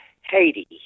Haiti